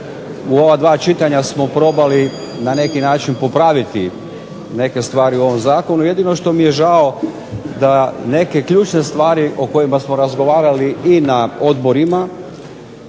u ova dva čitanja smo probali na neki način popraviti neke stvari u ovom zakonu, jedino što mi je žao da neke ključne stvari o kojima smo razgovarali i na odborima,